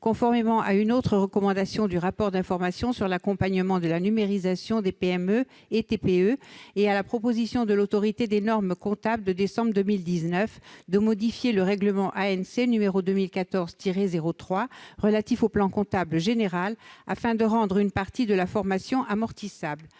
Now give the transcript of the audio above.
conformément à une autre recommandation du rapport d'information sur l'accompagnement de la numérisation des PME et TPE, et à la proposition de l'Autorité des normes comptables (ANC), de décembre 2019, de modifier le règlement ANC n° 2014-03 relatif au plan comptable général, afin de rendre une partie de la formation amortissable.